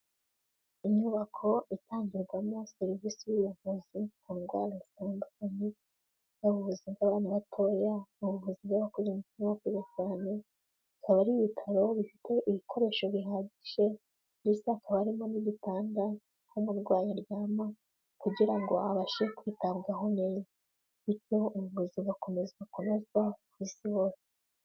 Inyubako itangirwamo serivisi y'ubuvuzi ku ndwara zitandukanye, yaba ubuvuzi bw'abana batoya, ubuvuzi bw'abakuze ndetse n'abakuze cyane, bikaba ari ibitaro bifite ibikoresho bihagije, byiza hakaba harimo n'igitanda, aho umurwayi aryama, kugira ngo abashe kwitabwaho neza. Bityo ubuvuzi bukomeza kunozwa ku isi hose.